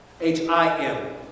H-I-M